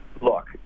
look